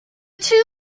two